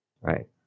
Right